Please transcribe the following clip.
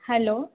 hello